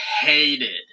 hated